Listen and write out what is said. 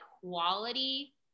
quality